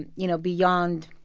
and you know, beyond